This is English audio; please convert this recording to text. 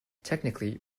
technically